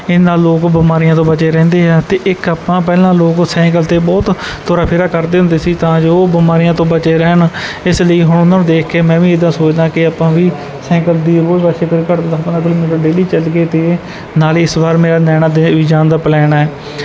ਇਹਦੇ ਨਾਲ ਲੋਕ ਬਿਮਾਰੀਆਂ ਤੋਂ ਬਚੇ ਰਹਿੰਦੇ ਆ ਅਤੇ ਇੱਕ ਆਪਾਂ ਪਹਿਲਾਂ ਲੋਕ ਸੈਂਕਲ 'ਤੇ ਬਹੁਤ ਤੋਰਾ ਫੇਰਾ ਕਰਦੇ ਹੁੰਦੇ ਸੀ ਤਾਂ ਜੋ ਉਹ ਬਿਮਾਰੀਆਂ ਤੋਂ ਬਚੇ ਰਹਿਣ ਇਸ ਲਈ ਹੁਣ ਉਹਨਾਂ ਨੂੰ ਦੇਖ ਕੇ ਮੈਂ ਵੀ ਇੱਦਾਂ ਸੋਚਦਾ ਕਿ ਆਪਾਂ ਵੀ ਸੈਂਕਲ ਦੀ ਰੋਜ਼ ਵਰਤੋਂ ਕਰੋ ਘੱਟ ਤੋਂ ਦੱਸ ਪੰਦਰਾਂ ਕਿਲੋਮੀਟਰ ਡੇਲੀ ਚੱਲੀਏ ਅਤੇ ਨਾਲੇ ਇਸ ਵਾਰ ਮੇਰਾ ਨੈਣਾ ਦੇਵੀ ਜਾਣ ਦਾ ਪਲੈਨ ਹੈ